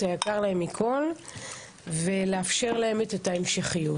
היקר להם מכל ולאפשר להם את ההמשכיות.